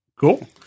Cool